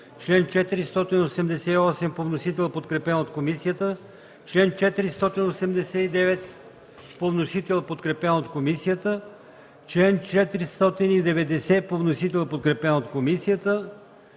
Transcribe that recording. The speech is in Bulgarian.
чл. 488 по вносител, подкрепен от комисията; чл. 489 по вносител, подкрепен от комисията; чл. 490 по вносител, подкрепен от комисията;